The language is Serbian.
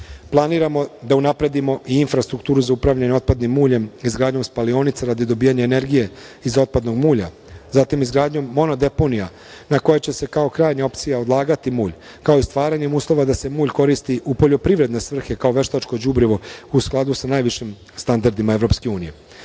planiramo da unapredimo i infrastrukturu za upravljanje otpadnim muljem, izgradnjom spalionice radi dobijanja energije iz otpadnog mulja, zatim izgradnjom mono deponija na koje će se kao krajnja opcija odlagati mulj, kao i stvaranjem uslova da se mulj koristi u poljoprivredne svrhe kao veštačko đubrivo, u skladu sa najvišim standardima EU.U